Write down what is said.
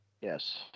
Yes